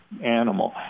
animal